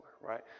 right